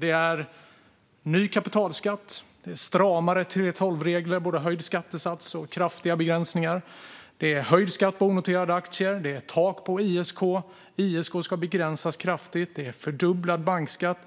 Det är ny kapitalskatt, det är stramare 3:12-regler, både höjd skattesats och kraftiga begränsningar, det är höjd skatt på onoterade aktier, det är tak på ISK, och ISK ska begränsas kraftigt, det är fördubblad bankskatt